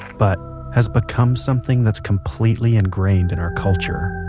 but has become something that is completely ingrained in our culture